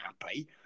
happy